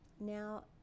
Now